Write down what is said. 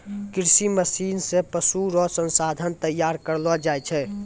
कृषि मशीन से पशु रो संसाधन तैयार करलो जाय छै